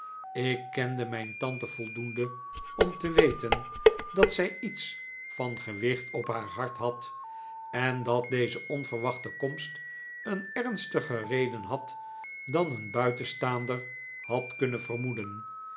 ik kende mijn tante voldoende om te weten dat zij iets van gewicht op haar hart had en dat deze onverwachte komst een ernstiger reden had dan een buitenstaander had kunnen vermoeden